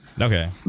Okay